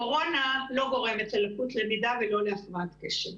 קורונה לא גורמת ללקות למידה ולא להפרעת קשב.